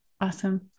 Awesome